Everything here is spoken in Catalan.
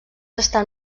estan